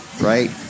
right